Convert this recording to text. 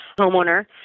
homeowner